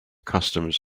customs